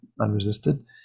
unresisted